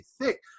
thick